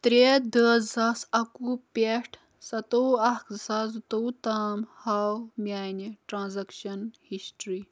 ترٛےٚ دہ زٕ ساس اکوُہ پٮ۪ٹھ ستووُہ اکھ زٕ ساس زٕتووُہ تام ہاو میانہِ ٹرانزیکشن ہسٹری